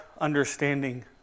understanding